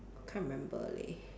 can't remember leh